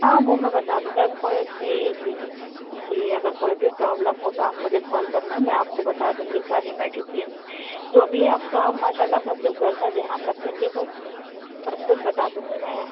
ہاں وہ میں بتا دوں گی ا کوئی جی جی جی اگر کوئی بھی پرابلم ہو تو آپ مجھے کال کرنا میں آپ کو بتا دوں گی ساری میڈیسینس جو بھی ہے اب تو آپ ماشاء اللہ کب جب گھر کا دھیان رکھیں گے تو سب کچھ بتا دوں گی میں